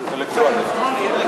אלקטרוני, אלקטרוני.